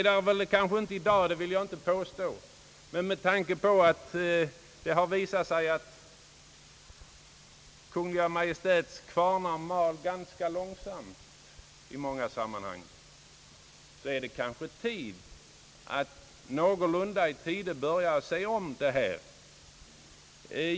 Jag vill inte påstå att vi är där i dag, men med tanke på att Kungl. Maj:ts kvarnar mal ganska långsamt i många sammanhang så är det kanske bäst att börja se över det här medan tid är.